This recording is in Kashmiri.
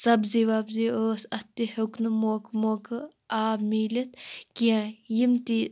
سبزی وَبزی ٲس اَتھ تہِ ہیٚوک نہٕ موقعہٕ موقعہٕ آب میٖلِتھ کیٚنٛہہ یِم تہِ